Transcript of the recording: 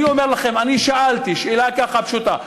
אני אומר לכם, אני שאלתי שאלה ככה פשוטה,